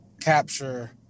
capture